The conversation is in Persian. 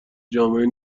جامعه